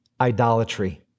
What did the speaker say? idolatry